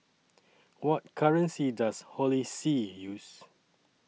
What currency Does Holy See use